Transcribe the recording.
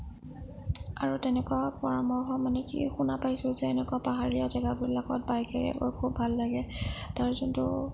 আৰু তেনেকুৱা পৰামৰ্শ মানে কি শুনা পাইছোঁ যে এনেকুৱা পাহাৰীয়া জেগাবিলাকত বাইকেৰে গৈ খুব ভাল লাগে তাৰ যোনটো